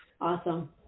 Awesome